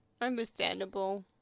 Understandable